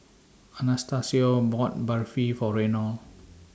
Anastacio bought Barfi For Reynold